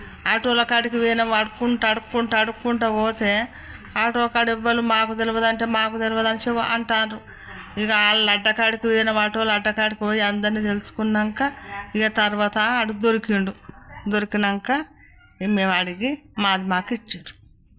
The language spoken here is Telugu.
ఆటోలా కాడికి పోయినాం అడుక్కుంటా అడుక్కుంటా అడుక్కుంటా పోతే ఆటోకాడ ఎవ్వరు మాకు తెలిదు అంటే మాకు తెలిదు అని చెప్పి అంటున్నారు ఇక అక్కడ అడ్డ కాడికి పోయినాం ఆటోల అడ్డా కాడికి పోయి అందరిని తెలుసుకున్నాకా ఇంకా తర్వాత ఆడు దొరికిండు దొరికినాక ఇంకా మేము అడిగి మాది మాకు ఇచ్చిండు